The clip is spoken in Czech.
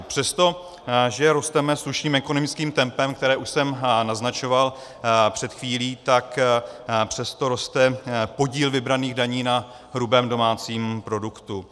Přestože rosteme slušným ekonomickým tempem, které už jsem naznačoval před chvílí, tak přesto roste podíl vybraných daní na hrubém domácím produktu.